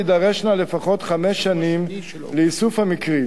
יידרשו לפחות חמש שנים לאיסוף המקרים,